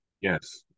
Yes